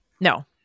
No